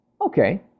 Okay